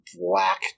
black